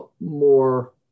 more